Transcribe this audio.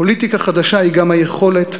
פוליטיקה חדשה היא גם היכולת,